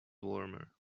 warmer